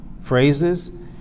phrases